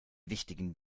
wichtigen